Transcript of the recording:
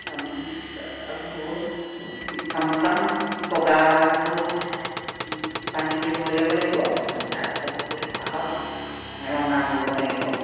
গামোচ গামোচাখন বগাটো বানীটো বৈ ল'ব লাগিব তাৰপিছত ফুলপাহত ৰঙা ব'ব লাগিব